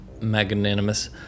magnanimous